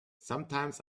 sometimes